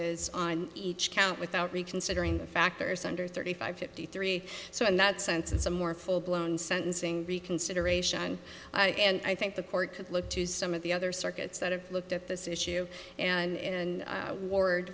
is on each count without reconsidering the factors under thirty five fifty three so in that sense it's a more full blown sentencing reconsideration and i think the court could look to some of the other circuits that have looked at this issue and ward